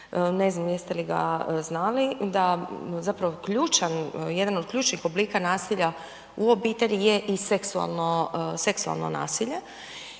ne znam jeste li ga znali, da zapravo ključan, jedan od ključnih oblika nasilja u obitelji je i seksualno,